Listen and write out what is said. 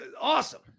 awesome